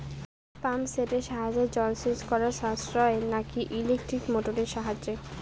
Pump সেটের সাহায্যে জলসেচ করা সাশ্রয় নাকি ইলেকট্রনিক মোটরের সাহায্যে?